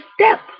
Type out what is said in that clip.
step